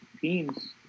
teams